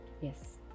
Yes